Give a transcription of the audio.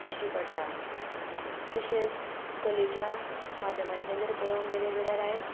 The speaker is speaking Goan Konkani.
दिश्टी पडटा तशेंच कलेच्या माध्यमांतल्यान जर पळोवंक गेले जाल्यार आयज